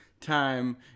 time